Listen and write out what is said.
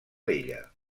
d’ella